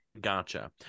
gotcha